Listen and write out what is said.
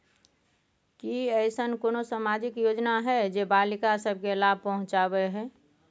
की ऐसन कोनो सामाजिक योजना हय जे बालिका सब के लाभ पहुँचाबय हय?